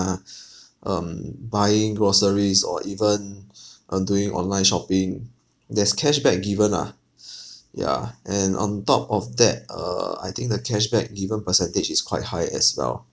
um buying groceries or even uh doing online shopping there's cashback given ah yeah and on top of that err I think the cashback given percentage is quite high as well